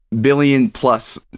billion-plus